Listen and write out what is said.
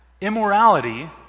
immorality